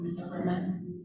Amen